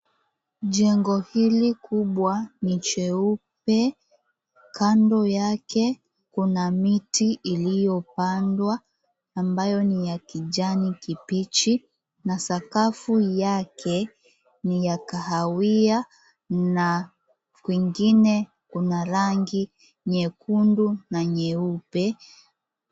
Jengo hili kubwa, ni jeupe. Kando yake, kuna miti iliyopandwa ambayo ni ya kijani kibichi. Na sakafu yake ni ya kahawia, na kwingine kuna rangi nyekundu na nyeupe.